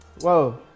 Whoa